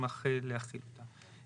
נשמח להחיל אותה.